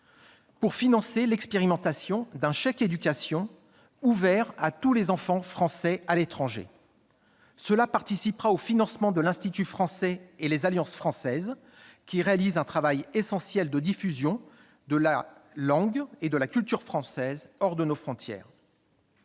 pour financer l'expérimentation d'un chèque éducation ouvert à tous les enfants français à l'étranger. Cela participera au financement de l'Institut français et des alliances françaises, qui réalisent un travail essentiel de diffusion de la langue et de la culture françaises hors de nos frontières.